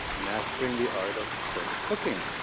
mastering the art of french cooking.